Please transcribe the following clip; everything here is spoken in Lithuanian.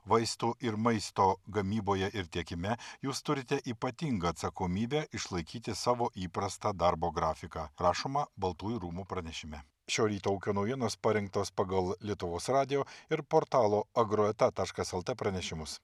vaistų ir maisto gamyboje ir tiekime jūs turite ypatingą atsakomybę išlaikyti savo įprastą darbo grafiką rašoma baltųjų rūmų pranešime šio ryto ūkio naujienos parengtos pagal lietuvos radijo ir portalo agro eta taškas lt pranešimus